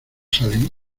salir